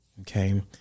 Okay